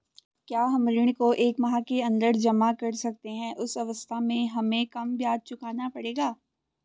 क्या हम ऋण को एक माह के अन्दर जमा कर सकते हैं उस अवस्था में हमें कम ब्याज चुकाना पड़ेगा?